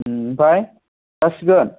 ओम ओमफ्राय जासिगोन